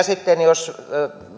sitten jos